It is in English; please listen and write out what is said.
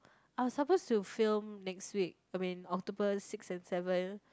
I was suppose to film next week I mean October six and seven